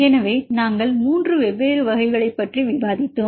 எனவே நாங்கள் 3 வெவ்வேறு வகைகளைப் பற்றி விவாதித்தோம்